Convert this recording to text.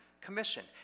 Commission